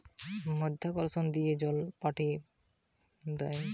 surface ইর্রিগেশনে চাষের জমিতে মাধ্যাকর্ষণ দিয়ে জল পাঠি দ্যায়